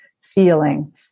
feeling